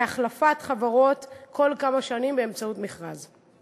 מהחלפת חברות כל כמה שנים באמצעות מכרז.